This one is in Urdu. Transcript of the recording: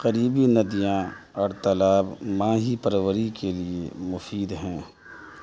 قریبی ندیاں اور تالاب ماہی پروری کے لیے مفید ہیں